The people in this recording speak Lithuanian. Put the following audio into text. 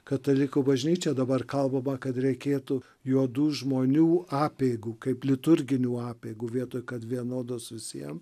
katalikų bažnyčia dabar kalbama kad reikėtų juodų žmonių apeigų kaip liturginių apeigų vietoj kad vienodos visiem